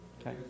Okay